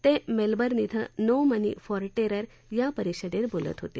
ते मेलबर्न इथं no money for terror या परिषदेत बोलत होते